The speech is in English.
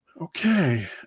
Okay